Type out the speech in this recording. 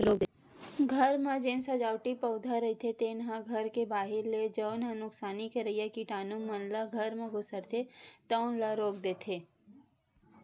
घर म जेन सजावटी पउधा रहिथे तेन ह घर के बाहिर ले जउन ह नुकसानी करइया कीटानु मन ल घर म खुसरथे तउन ल रोक देथे